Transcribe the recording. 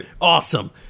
Awesome